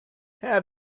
how